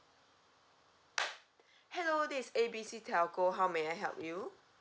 hello this A B C telco how may I help you